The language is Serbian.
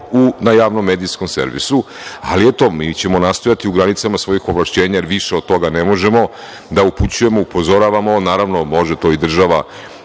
na javnom medijskom servisu, ali mi ćemo nastojati u granicama svojim ovlašćenja, jer više od toga ne možemo, da upućujemo, upozoravamo, naravno, može to i država